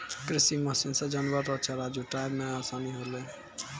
कृषि मशीन से जानवर रो चारा जुटाय मे आसानी होलै